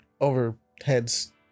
overheads